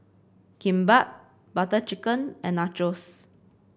Kimbap Butter Chicken and Nachos